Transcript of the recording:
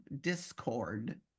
discord